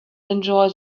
enjoy